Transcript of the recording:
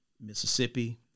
Mississippi